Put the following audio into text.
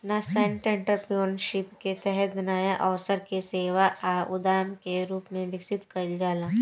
nascent entrepreneurship के तहत नाया अवसर के सेवा आ उद्यम के रूप में विकसित कईल जाला